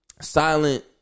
silent